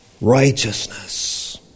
Righteousness